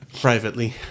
Privately